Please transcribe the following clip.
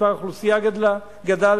האוכלוסייה גדלה,